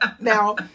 Now